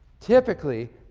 typically,